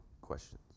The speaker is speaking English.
questions